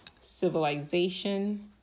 civilization